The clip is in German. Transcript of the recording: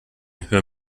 hör